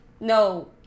No